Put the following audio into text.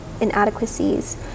inadequacies